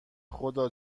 خدا